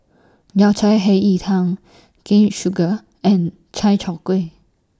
Yao Cai Hei Yi Tang Sugar Cane Juice and Chai Tow Kuay